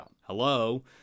hello